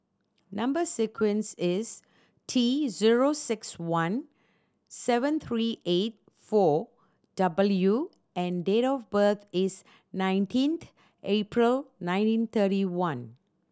number sequence is T zero six one seven three eight four W and date of birth is nineteen April nineteen thirty one